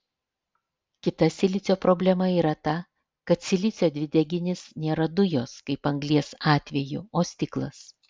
kita silicio problema yra ta kad silicio dvideginis nėra dujos kaip anglies atveju o stiklas